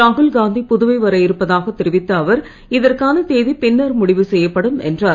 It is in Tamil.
ராகுல் காந்தி புதுவை வர இருப்பதாகத் தெரிவித்த அவர் இதற்கான தேதி பின்னர் முடிவு செய்யப்படும் என்றார்